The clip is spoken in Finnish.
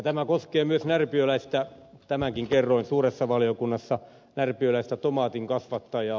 tämä koskee myös närpiöläistä tämänkin kerroin suuressa valiokunnassa tomaatin kasvattajaa